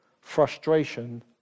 frustration